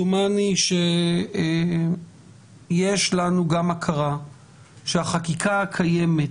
דומני שיש לנו גם הכרה שהחקיקה הקיימת,